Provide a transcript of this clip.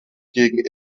gegen